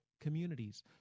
communities